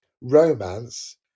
romance